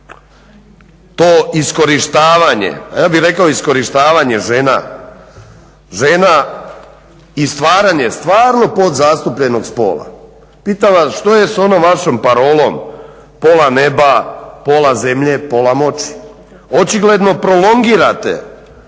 to iskorištavanje, a ja bih rekao iskorištavanje žena i stvaranje stvarno podzastupljenog spola pitam vas što je s onom vašom parolom – pola neba, pola zemlje, pola moći? Očigledno prolongirate